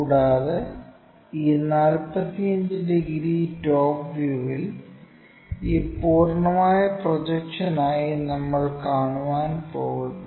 കൂടാതെ ഈ 45 degree top വ്യൂവിൽ ഈ പൂർണ്ണമായ പ്രൊജക്ഷനായി നമ്മൾ കാണാൻ പോകുന്നു